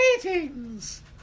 Greetings